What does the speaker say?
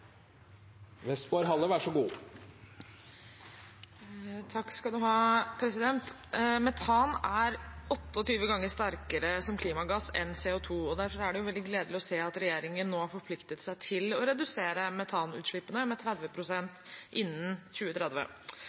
og komme tilbake så snart vi har noe å melde. Dette spørsmålet utsettes til neste spørretime. «Metan er en 28 ganger sterkere klimagass enn CO 2 . Derfor er det gledelig å se at regjeringen nå har forpliktet seg til å redusere metanutslippene med 30 prosent innen 2030.